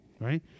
right